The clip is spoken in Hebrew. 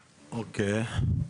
אוקיי.